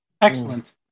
Excellent